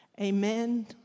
amen